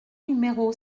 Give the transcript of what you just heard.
numéro